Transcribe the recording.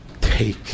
take